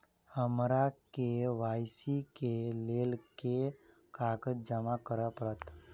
हमरा के.वाई.सी केँ लेल केँ कागज जमा करऽ पड़त?